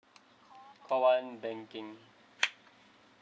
part one banking